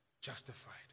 justified